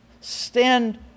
Stand